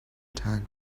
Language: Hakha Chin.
ṭhan